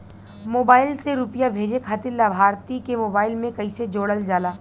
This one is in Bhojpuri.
मोबाइल से रूपया भेजे खातिर लाभार्थी के मोबाइल मे कईसे जोड़ल जाला?